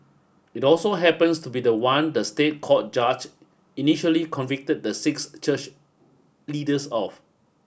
it also happens to be the one the State Court judge initially convicted the six church leaders of